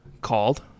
called